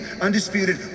undisputed